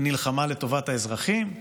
היא נלחמה לטובת האזרחים?